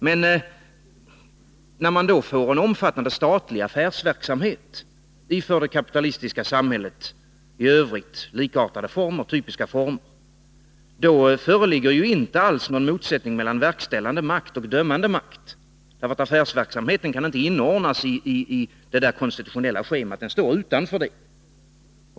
Men när man då får en omfattande affärsverksamhet i för det kapitalistiska BH samhället i övrigt likartade typiska former, då föreligger ju inte alls någon motsättning mellan verkställande makt och dömande makt, eftersom affärsverksamheten inte kan inordnas i det där konstitutionella schemat; den står utanför det.